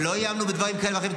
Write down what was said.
ולא איימנו בדברים כאלה ואחרים,